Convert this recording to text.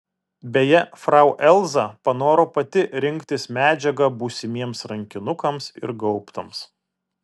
beje frau elza panoro pati rinktis medžiagą būsimiems rankinukams ir gaubtams